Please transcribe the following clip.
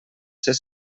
ser